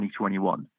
2021